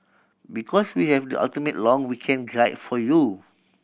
because we have the ultimate long weekend guide for you